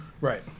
Right